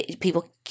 people